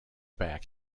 back